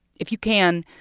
if you can,